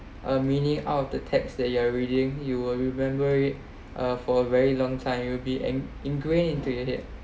uh meaning out of the text that you are reading you will remember it uh for very long time you'll be an ingrained into your head